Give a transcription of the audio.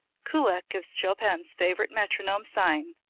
kullak gives chopin's favorite metronome sign,